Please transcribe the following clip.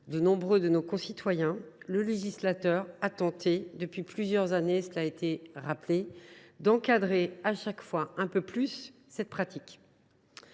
de nombre de nos concitoyens, le législateur a tenté, depuis plusieurs années, d’encadrer chaque fois un peu plus cette pratique.